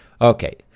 Okay